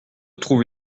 trouve